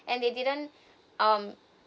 and they didn't um